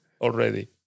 already